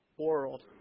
world